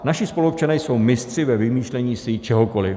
Naši spoluobčané jsou mistři ve vymýšlení si čehokoliv.